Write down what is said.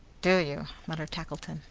do you? muttered tackleton.